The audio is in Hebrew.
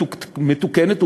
מתוקנת,